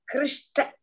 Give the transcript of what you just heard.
Krishna